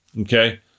okay